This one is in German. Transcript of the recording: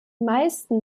meisten